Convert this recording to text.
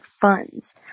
funds